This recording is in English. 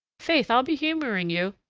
faith, i'll be humouring you.